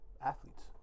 athletes